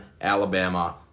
Alabama